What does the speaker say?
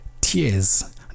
tears